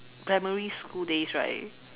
primary school days right